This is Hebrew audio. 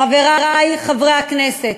חברי חברי הכנסת,